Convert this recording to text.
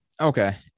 Okay